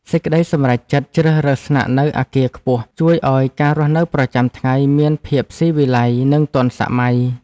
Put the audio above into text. សេចក្តីសម្រេចចិត្តជ្រើសរើសស្នាក់នៅអគារខ្ពស់ជួយឱ្យការរស់នៅប្រចាំថ្ងៃមានភាពស៊ីវិល័យនិងទាន់សម័យ។